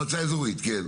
מועצה אזורית, כן.